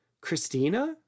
Christina